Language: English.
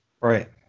Right